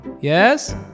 Yes